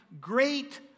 great